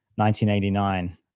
1989